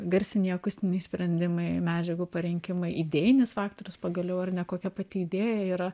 garsiniai akustiniai sprendimai medžiagų parinkimai idėjinis faktorius pagaliau ar ne kokia pati idėja yra